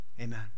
Amen